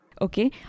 Okay